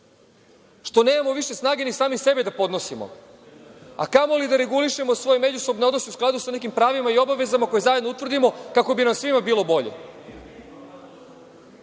što nemamo više snage ni sami sebe da podnosimo, a kamoli da regulišemo svoje međusobne odnose u skladu sa nekim pravima i obavezama koje zajedno utvrdimo kako bi nam svima bilo